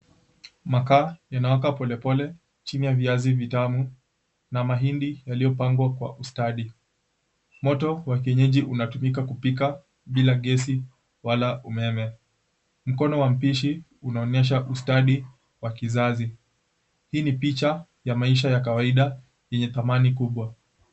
Makaa inawaka polepole chini ya viazi vitamu na mahindi yaliyopangwa kwa ustadi. Moto wa kienyeji unatumika kupika bila gesi wala umeme. Mkono wa mpishi unaonyesha ustadi wa kizazi. Hii ni picha ya maisha ya kawaida yenye thamani kubwa.